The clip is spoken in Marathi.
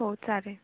हो चालेल